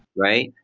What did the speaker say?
right?